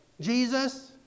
Jesus